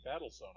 Battlezone